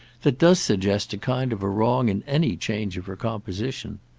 that does suggest a kind of wrong in any change of her composition.